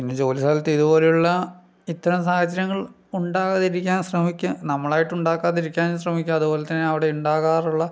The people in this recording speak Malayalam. പിന്നെ ജോലി സ്ഥലത്തു ഇതുപോലെയുള്ള ഇത്തരം സാഹചര്യങ്ങൾ ഉണ്ടാകാതിരിക്കാൻ ശ്രമിക്കാം നമ്മളായിട്ട് ഉണ്ടാക്കാതിരിക്കാനും ശ്രമിക്കുക അതുപോലെ തന്നെ അവിടെ ഉണ്ടാകാറുള്ള